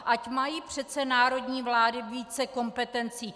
Ať mají přece národní vlády více kompetencí.